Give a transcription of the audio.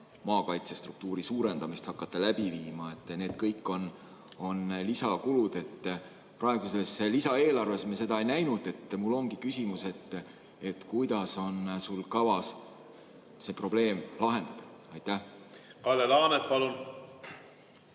maakaitse struktuuri suurendamist hakata läbi viima. Need kõik on lisakulud. Praeguses lisaeelarves me seda ei näinud. Mul ongi küsimus: kuidas on sul kavas see probleem lahendada? Kalle Laanet, palun!